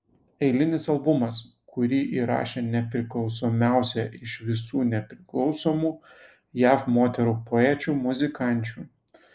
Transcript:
eilinis albumas kurį įrašė nepriklausomiausia iš visų nepriklausomų jav moterų poečių muzikančių